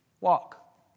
walk